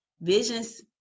visions